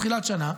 תחילת שנה,